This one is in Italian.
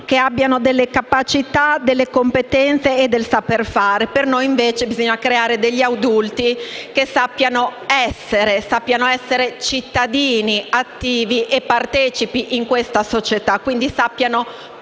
che abbiano delle capacità, delle competenze e del saper fare. Per noi, invece, bisogna creare degli adulti che sappiano essere cittadini attivi e partecipi in questa società, i quali sappiano quindi